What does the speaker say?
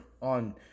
on